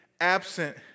absent